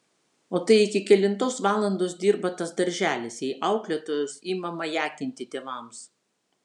o tai iki kelintos valandos dirba tas darželis jei auklėtojos ima majakinti tėvams